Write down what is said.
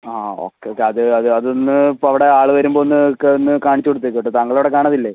ആ okay okay അത് അത് അത് ഒന്ന് ഇപ്പോൾ അവിടെ ആൾ വരുമ്പോൾ ഒന്ന് ഒന്ന് കാണിച്ച് കൊടുത്തേക്ക് കേട്ടോ താങ്കൾ അവിടെ കാണത്തില്ലേ